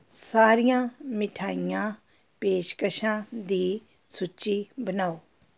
ਸਾਰੀਆਂ ਮਿਠਾਈਆਂ ਪੇਸ਼ਕਸ਼ਾਂ ਦੀ ਸੂਚੀ ਬਣਾਓ